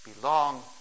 belong